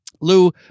Lou